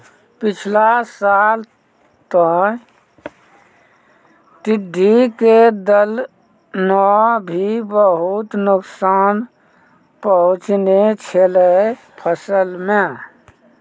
पिछला साल तॅ टिड्ढी के दल नॅ भी बहुत नुकसान पहुँचैने छेलै फसल मॅ